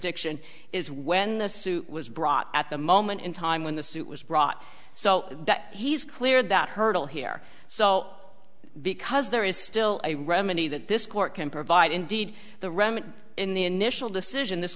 jurisdiction is when the suit was brought at the moment in time when the suit was brought so that he's cleared that hurdle here so because there is still a remedy that this court can provide indeed the remedy in the initial decision this